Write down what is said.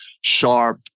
sharp